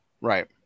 Right